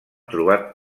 trobat